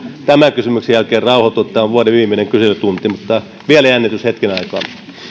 tämän kysymyksen jälkeen rauhoittua tämä on vuoden viimeinen kyselytunti mutta vielä on jännitystä hetken aikaa